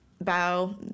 bow